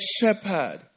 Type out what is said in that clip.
shepherd